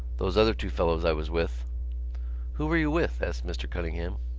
those other two fellows i was with who were you with? asked mr. cunningham.